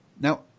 Now